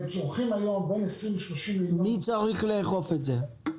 הם צורכים היום בין 20 ל-30 מיליון --- מי צריך לאכוף את זה?